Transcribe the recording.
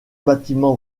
bâtiment